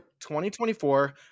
2024